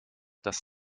das